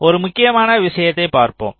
ஒரு முக்கியமான விஷயத்தை பார்ப்போம்